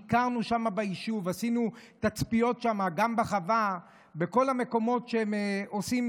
ביקרנו ביישוב ועשינו תצפיות גם בחווה ובכל המקומות שהם עושים.